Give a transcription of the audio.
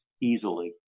easily